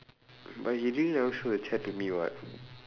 but he really never show the chat to me [what]